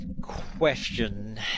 question